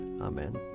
Amen